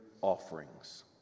offerings